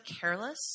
careless